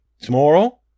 Tomorrow